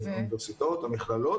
האוניברסיטאות והמכללות,